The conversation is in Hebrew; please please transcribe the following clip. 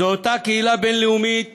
זו אותה קהילה בין-לאומית